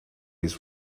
his